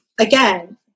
again